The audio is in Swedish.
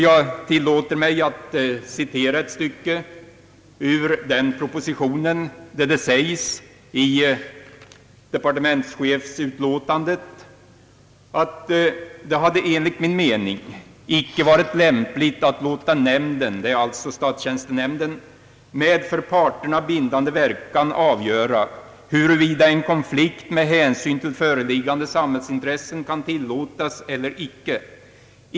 Jag tillåter mig att citera ett stycke ur den propositionen, där det sägs i departementschefens uttalande: »Det hade enligt min mening icke varit lämpligt att låta nämnden» — alltså statstjänstenämnden — »med för parterna bindande verkan avgöra huruvida en konflikt med hänsyn till föreliggande samhällsintressen kan tilllåtas eller icke.